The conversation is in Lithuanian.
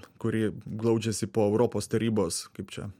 kuri glaudžiasi po europos tarybos kaip čia